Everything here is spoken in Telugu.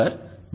38 kWm2